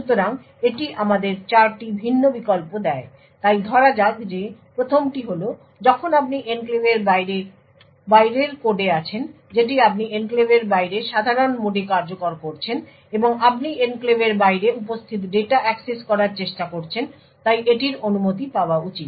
সুতরাং এটি আমাদের চারটি ভিন্ন বিকল্প দেয় তাই ধরা যাক যে প্রথমটি হল যখন আপনি এনক্লেভের বাইরের কোডে আছেন যেটি আপনি এনক্লেভের বাইরে সাধারণ মোডে কার্যকর করছেন এবং আপনি এনক্লেভের বাইরে উপস্থিত ডেটা অ্যাক্সেস করার চেষ্টা করছেন তাই এটির অনুমতি পাওয়া উচিত